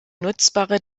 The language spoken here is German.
nutzbare